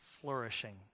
flourishing